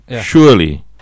Surely